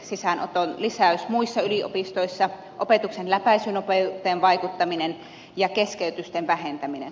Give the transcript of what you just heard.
sisäänoton lisäys muissa yliopistoissa opetuksen läpäisynopeuteen vaikuttaminen ja keskeytysten vähentäminen